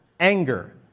Anger